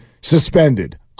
suspended